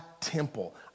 temple